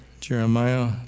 Jeremiah